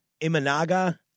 Imanaga